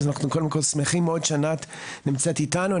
שמחים מאוד שענת נמצאת איתנו.